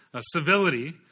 Civility